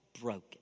broken